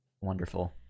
Wonderful